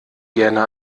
gerne